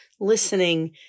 listening